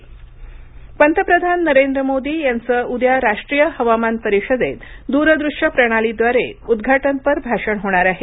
हवामान परिषद पंतप्रधान नरेंद्र मोदी यांचं उद्या राष्ट्रीय हवामान परिषदेत दूरदृश्य प्रणालीद्वारे उद्घाटनपर भाषण होणार आहे